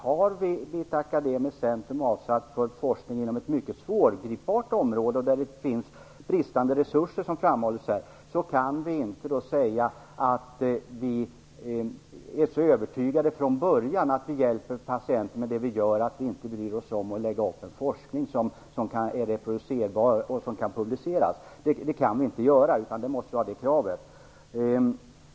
Har vi vid ett akademiskt centrum avdelat personer för forskning inom ett mycket svårgripbart område - där det finns bristande resurser, som framhålls här - kan vi inte säga att vi från början är så övertygade om att vi hjälper patienter med det vi gör att vi inte bryr oss om att lägga upp en forskning som är reproducerbar och som kan publiceras. Det kan vi inte göra. Det kravet måste vi ha.